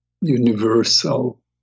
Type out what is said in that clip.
universal